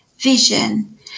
Vision